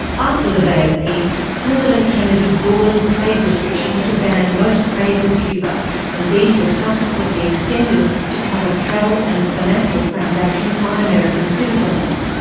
after the bay of pigs, president kennedy broadened trade restrictions to ban most trade with cuba and these were subsequently extended to cover travel and financial transactions by american citizens.